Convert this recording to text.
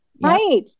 Right